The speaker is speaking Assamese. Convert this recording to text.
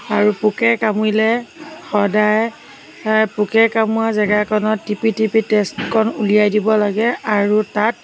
আৰু পোকে কামোৰিলে সদায় পোকে কামোৰা জাগাকণত টিপি টিপি তেজকণ উলিয়াই দিব লাগে আৰু তাত